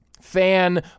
fan